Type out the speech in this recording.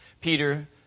Peter